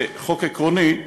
כחוק עקרוני,